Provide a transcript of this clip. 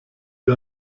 wir